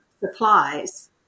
supplies